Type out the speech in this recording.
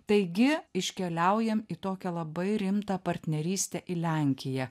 taigi iškeliaujam į tokią labai rimtą partnerystę į lenkiją